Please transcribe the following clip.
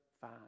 fine